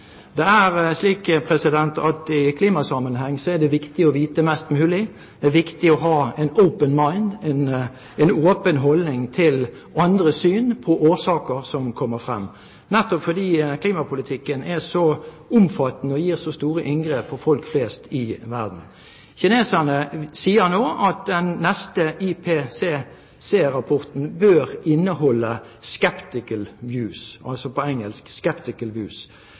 Det er slik at i klimasammenheng er det viktig å vite mest mulig. Det er viktig å ha en «open mind» – en åpen holdning til andre syn på årsaker som kommer frem, nettopp fordi klimapolitikken er så omfattende og gjør så store inngrep for folk flest i verden. Kineserne sier nå at den neste IPCC-rapporten bør inneholde